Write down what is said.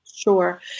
Sure